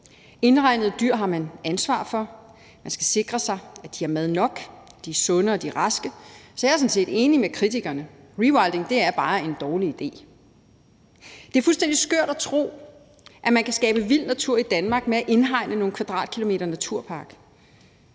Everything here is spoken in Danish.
Indhegnede dyr har man et ansvar for, man skal sikre sig, at de har mad nok, at de er sunde, og at de er raske, så jeg er sådan set enig med kritikerne: Rewilding er bare en dårlig idé. Det er fuldstændig skørt at tro, at man kan skabe vild natur i Danmark ved at indhegne nogle kvadratkilometer naturpark.